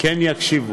כן יקשיבו.